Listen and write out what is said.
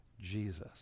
Jesus